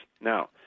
Now